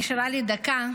ונשארה לי דקה,